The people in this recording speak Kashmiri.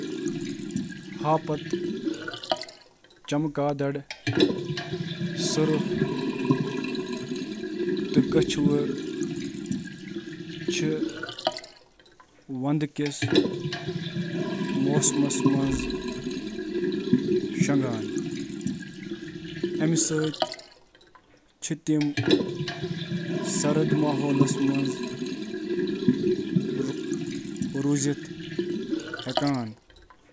ہائبرنیشن چُھ سرٛنۍ نیندرِ ہُنٛد دور یُس واریاہ جانور پنٕنۍ توانٲیی بچاونہٕ خٲطرٕ گزران چھِ۔ جانور یتھ کٔنۍ زَن ریچھ، گھونگہٕ، چمگادٕر بیترِ۔